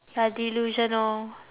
you're delusional